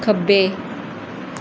ਖੱਬੇ